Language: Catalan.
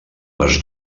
les